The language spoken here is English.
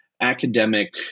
academic